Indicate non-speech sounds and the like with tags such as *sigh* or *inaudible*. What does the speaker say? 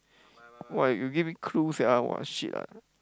*noise* why you give me clue sia what shit ah